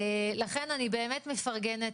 לכן אני באמת מפרגנת,